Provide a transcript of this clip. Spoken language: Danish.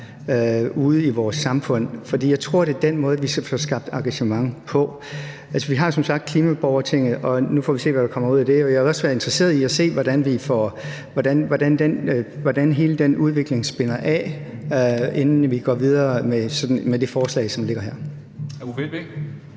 ude i vores samfund, for jeg tror, det er den måde, vi kan få skabt engagement på. Vi har jo som sagt klimaborgertinget, og nu får vi se, hvad der kommer ud af det, og jeg vil også være interesseret i at se, hvordan det udvikler sig, inden vi går videre med det forslag, som ligger her. Kl. 14:05